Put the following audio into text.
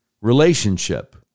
relationship